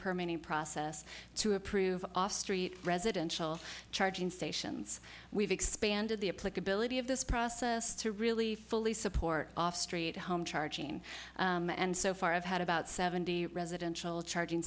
permanent process to approve off street residential charging stations we've expanded the a plug ability of this process to really fully support off street home charging and so far i've had about seventy residential charging